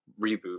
reboot